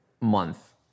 month